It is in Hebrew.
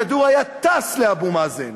הכדור היה טס לאבו מאזן,